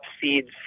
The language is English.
seeds